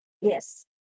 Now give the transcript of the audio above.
Yes